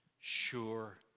sure